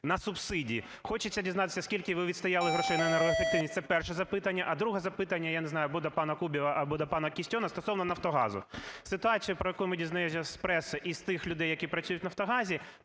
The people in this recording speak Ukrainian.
на субсидії. Хочеться дізнатися, скільки ви відстояли грошей на енергоефективність. Це перше запитання. А друге запитання, я не знаю, або до пана Кубіва, або до пана Кістіона, стосовно "Нафтогазу". Ситуацію, про яку ми дізнаємося з преси і з тих людей, які працюють в "Нафтогазі",